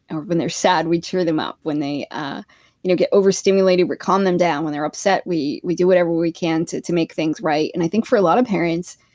and when they're sad, we cheer them up. when they ah you know get overstimulated, we calm them down. when they're upset, we we do whatever we can to to make things right. and i think for a lot of parents,